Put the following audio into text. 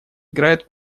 играют